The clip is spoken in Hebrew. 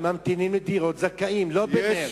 ממתינים לדירות זכאים, לא בנ"ר.